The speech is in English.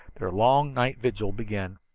their long night vigil began.